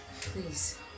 Please